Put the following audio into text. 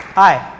hi.